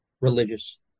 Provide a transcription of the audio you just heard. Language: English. religious